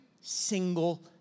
single